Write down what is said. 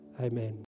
Amen